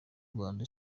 rwanda